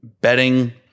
betting